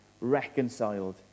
reconciled